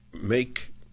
make